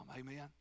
Amen